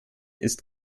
ist